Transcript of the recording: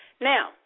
Now